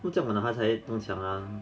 不这样 ah 他才 dong qiang ah